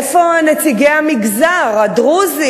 איפה נציגי המגזר הדרוזי